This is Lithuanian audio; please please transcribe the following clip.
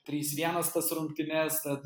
trys vienas tas rungtynes tad